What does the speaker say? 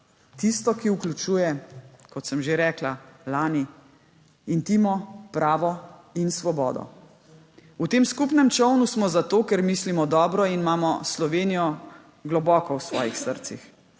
Tisto, ki vključuje, kot sem že rekla lani, intimo, pravo in svobodo. V tem skupnem čolnu smo zato, ker mislimo dobro in imamo Slovenijo globoko v svojih srcih,